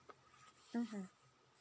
mmhmm